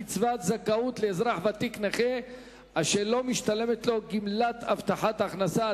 קצבת זכאות לאזרח ותיק נכה אשר לא משתלמת לו גמלת הבטחת הכנסה),